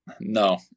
no